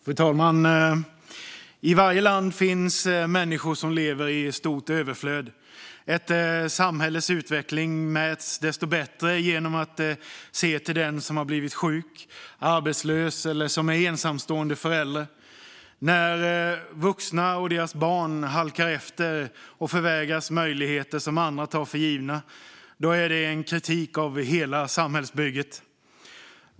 Fru talman! I varje land finns människor som lever i stort överflöd. Ett samhälles utveckling mäts desto bättre genom att se till den som har blivit sjuk eller arbetslös eller som är ensamstående förälder. När vuxna och deras barn halkar efter och förvägras möjligheter som andra tar för givna är det en kritik av hela samhällsbygget.